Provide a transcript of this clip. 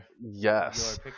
yes